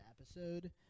episode